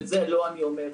ואת זה לא אני אומר.